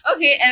Okay